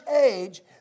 age